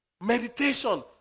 Meditation